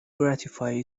gratify